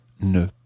ne